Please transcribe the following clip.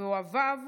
ואוהביו,